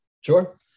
sure